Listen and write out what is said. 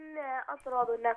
ne atrodo ne